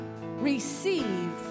Receive